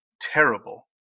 terrible